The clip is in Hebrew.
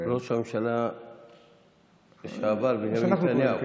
ראש הממשלה לשעבר בנימין נתניהו.